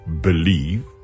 believe